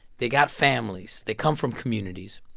they got families. they come from communities